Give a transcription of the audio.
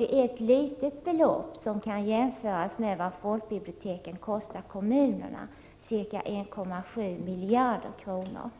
Det är ett litet belopp som kan jämföras med vad folkbiblioteken kostar kommunerna — ca 1,7 miljarder kronor.